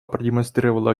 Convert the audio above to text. продемонстрировала